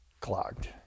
clogged